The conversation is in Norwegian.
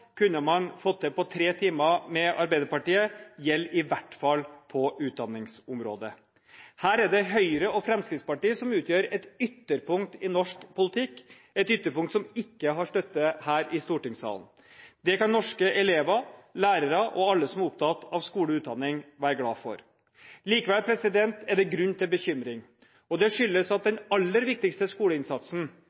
kunne man fått til på tre timer med Arbeiderpartiet, gjelder i hvert fall på utdanningsområdet. Her er det Høyre og Fremskrittspartiet som utgjør et ytterpunkt i norsk politikk, et ytterpunkt som ikke har støtte her i stortingssalen. Det kan norske elever, lærere og alle som er opptatt av skole og utdanning, være glade for. Likevel er det grunn til bekymring, og det skyldes at den aller viktigste skoleinnsatsen